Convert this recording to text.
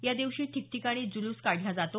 या दिवशी ठीकठिकाणी जुलूस काढला जातो